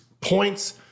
points